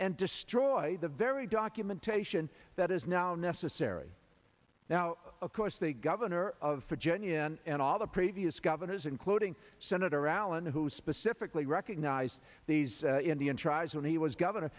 and destroy the very documentation that is now necessary now of course the governor of virginia and all the previous governors including senator allen who specifically recognized these indian tribes when he was governor